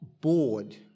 bored